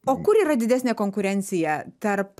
o kur yra didesnė konkurencija tarp